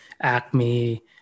Acme